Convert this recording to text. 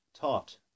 taught